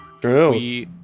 True